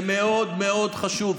זה מאוד מאוד חשוב.